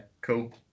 cool